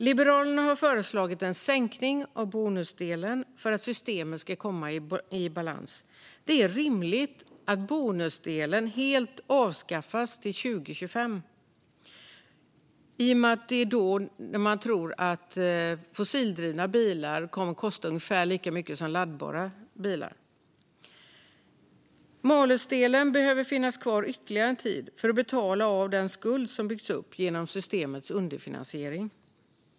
Liberalerna har föreslagit en sänkning av bonusdelen för att systemet ska komma i balans. Det är rimligt att bonusdelen helt avskaffas till 2025, i och med att det är då man tror att fossildrivna bilar kommer att kosta ungefär lika mycket som laddbara bilar. Malusdelen behöver finnas kvar ytterligare en tid för att betala av den skuld som byggts upp genom systemets underfinansiering.